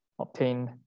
obtained